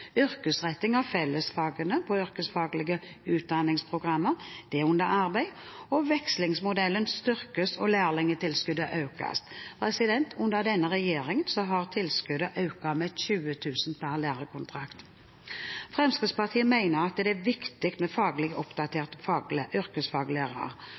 yrkesretting av fellesfagene på yrkesfaglige utdanningsprogrammer er under arbeid. Vekslingsmodellen styrkes, og lærlingtilskuddet økes. Under denne regjeringen har tilskuddet økt med 20 000 kr per lærekontrakt. Fremskrittspartiet mener at det er viktig med faglig